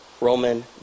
Roman